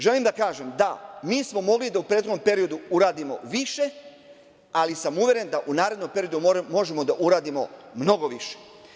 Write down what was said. Želim da kažem da smo mi mogli u prethodnom periodu da uradimo više, ali sam uveren da u narednom periodu možemo da uradimo mnogo više.